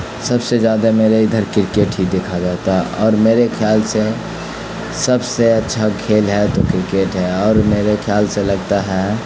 سب سے زیادہ میرے ادھر کرکٹ ہی دیکھا جاتا ہے اور میرے خیال سے سب سے اچھا کھیل ہے تو کرکٹ ہے اور میرے خیال سے لگتا ہے